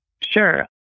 Sure